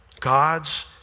God's